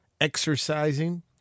exercising